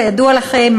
כידוע לכם,